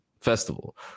festival